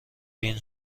بین